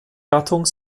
gattung